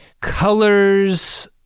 colors